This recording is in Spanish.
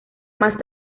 más